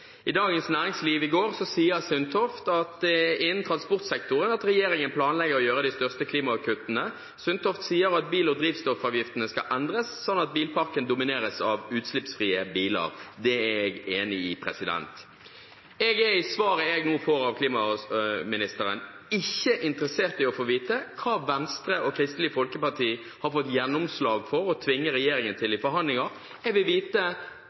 I Dagens Næringsliv i går sier Sundtoft at det er innen transportsektoren at regjeringen planlegger å gjøre de største klimakuttene. Sundtoft sier at bil- og drivstoffavgiftene skal endres, slik at bilparken domineres av utslippsfrie biler. Det er jeg enig i. I det svaret jeg nå får fra klimaministeren, er jeg ikke interessert i å få vite hva Venstre og Kristelig Folkeparti har fått gjennomslag for å tvinge regjeringen til i forhandlinger. Jeg vil vite